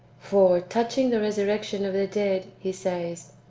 for, touching the resurrection of the dead, he says,